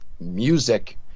music